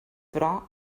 però